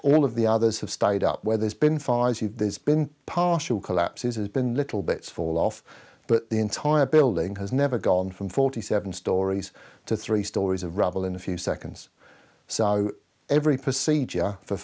all of the others have stayed out where there's been far there's been partial collapses been little bits fall off but the entire building has never gone from forty seven stories to three stories of rubble in a few seconds every procedure for